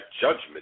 judgment